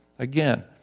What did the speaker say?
Again